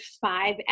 five